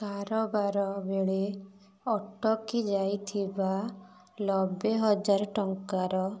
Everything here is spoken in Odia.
କାରବାର ବେଳେ ଅଟକି ଯାଇଥିବା ନବେ ହଜାର ଟଙ୍କାର